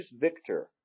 Victor